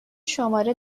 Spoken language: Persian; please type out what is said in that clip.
شماره